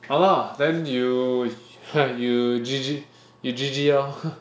!hanna! then you you G_G you G_G lor